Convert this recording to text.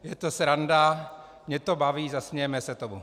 Je to sranda, mě to baví, zasmějeme se tomu.